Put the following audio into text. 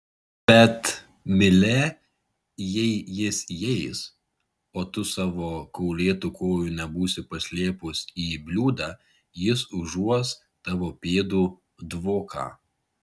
bet mile jei jis įeis o tu savo kaulėtų kojų nebūsi paslėpus į bliūdą jis užuos tavo pėdų dvoką